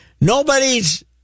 Nobody's